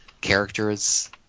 characters